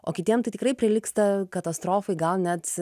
o kitiem tai tikrai prilygsta katastrofai gal net